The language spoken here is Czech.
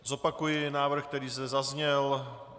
Zopakuji návrh, který zde zazněl.